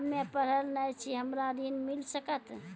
हम्मे पढ़ल न छी हमरा ऋण मिल सकत?